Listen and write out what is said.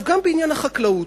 גם בעניין החקלאות.